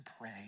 pray